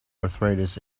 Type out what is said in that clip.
arthritis